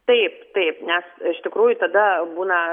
taip taip nes iš tikrųjų tada būna